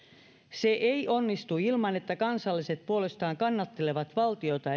se ei onnistu ilman että kansalaiset puolestaan kannattelevat valtiota